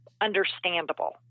understandable